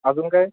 अजून काय